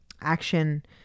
action